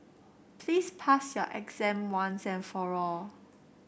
please pass your exam once and for all